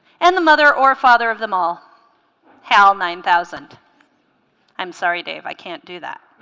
and the mother or father of them all hal nine thousand i'm sorry dave i can't do that